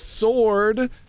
sword